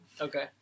Okay